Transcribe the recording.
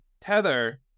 tether